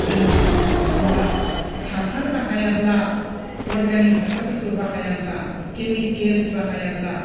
जों आबाद खालामोब्ला हासार बाहायाब्ला अरगानिक हासारफोरखौ बाहायाब्ला केमिकेल्स बाहायाब्ला